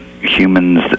humans